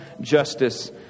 justice